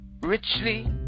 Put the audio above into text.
richly